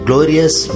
Glorious